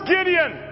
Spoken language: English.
Gideon